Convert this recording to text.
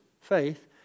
faith